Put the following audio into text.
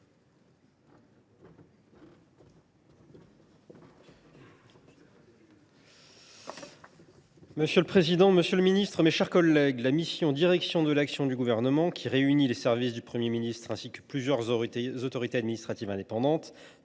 Monsieur le président, monsieur le ministre, mes chers collègues, la mission « Direction de l’action du Gouvernement », qui réunit les services du Premier ministre ainsi que plusieurs autorités administratives indépendantes